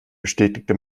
bestätigte